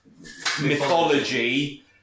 mythology